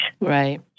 Right